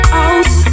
out